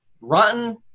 rotten